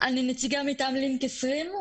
אני נציגה מטעם לינק-20,